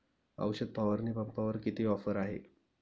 औषध फवारणी पंपावर किती ऑफर आहे?